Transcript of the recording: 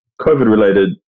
COVID-related